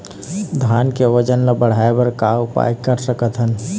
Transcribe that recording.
धान के वजन ला बढ़ाएं बर का उपाय कर सकथन?